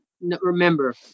remember